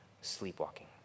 sleepwalking